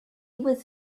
was